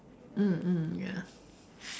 mm mm ya